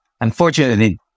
Unfortunately